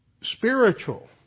spiritual